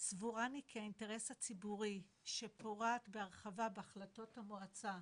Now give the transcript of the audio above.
"סבורני כי האינטרס הציבורי שפורט בהרחבה בהחלטות המועצה",